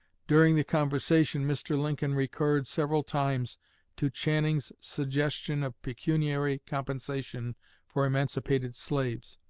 during the conversation mr. lincoln recurred several times to channing's suggestion of pecuniary compensation for emancipated slaves,